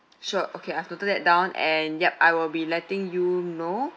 sure okay I've noted that down and ya I will be letting you know